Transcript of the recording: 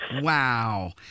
Wow